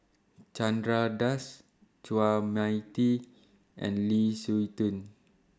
Chandra Das Chua Mia Tee and Lu Suitin